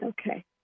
Okay